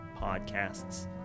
podcasts